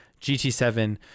GT7